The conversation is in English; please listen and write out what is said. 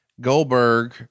Goldberg